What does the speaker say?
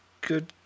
good